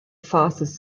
fastest